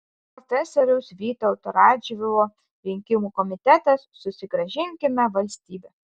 profesoriaus vytauto radžvilo rinkimų komitetas susigrąžinkime valstybę